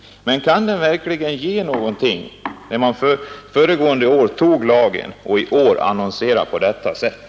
Kan den verkligen göra det när den antogs föregående år och man i år kan annonsera på detta sätt?